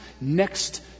next